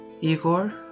Igor